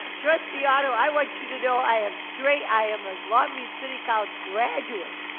ah trustee otto, i want you to know i have straight, i am a long beach city college graduate!